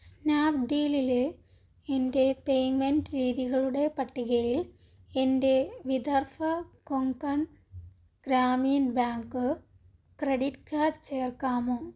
സ്നാപ്ഡീലിൽ എൻ്റെ പേയ്മെൻറ്റ് രീതികളുടെ പട്ടികയിൽ എൻ്റെ Vidarbha Konkan Gramin bank credit card ചേർക്കാമോ